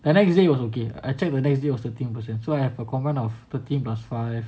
the next day was okay I check whether the next day was thirteen percent so I have a common of like thirteen plus five